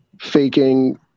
Faking